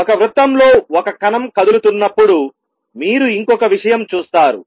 ఒక వృత్తంలో ఒక కణం కదులుతున్నప్పుడు మీరు ఇంకొక విషయం చూస్తారు